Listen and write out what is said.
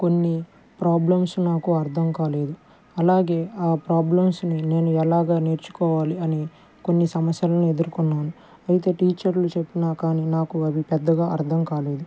కొన్ని ప్రాబ్లమ్స్ నాకు అర్థం కాలేదు అలాగే ఆ ప్రాబ్లమ్స్ని నేను ఎలాగ నేర్చుకోవాలి అని కొన్ని సమస్యలను ఎదురుకున్నాను అయితే టీచర్లు చెప్పినా కానీ నాకు అవి పెద్దగా అర్థం కాలేదు